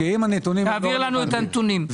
תעביר לנו את הנתונים.